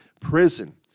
prison